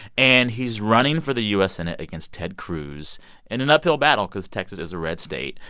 and he's running for the u s. senate against ted cruz in an uphill battle because texas is a red state.